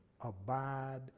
Abide